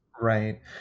Right